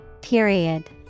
Period